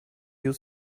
you